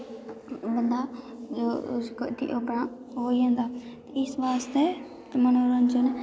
बंदा उप्पर उसी अपना ओह् होई जंदा इस बास्तै मनोरंजन